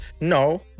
no